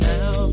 Now